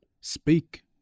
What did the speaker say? speak